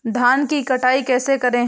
धान की कटाई कैसे करें?